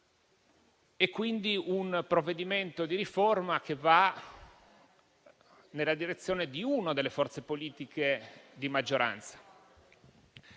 quindi di un provvedimento di riforma che va nella direzione di una delle forze politiche di maggioranza.